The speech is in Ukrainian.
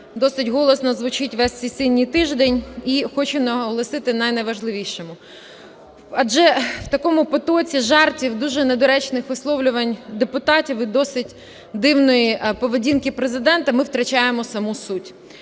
досить голосно звучить весь сесійний тиждень. І хочу наголосити на найважливішому. Адже в такому потоці жартів, дуже недоречних висловлювань депутатів і досить дивної поведінки Президента. Ми втрачаємо саму суть,